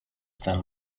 then